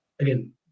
again